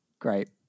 Great